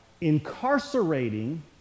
incarcerating